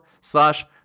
slash